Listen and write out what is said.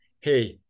Hey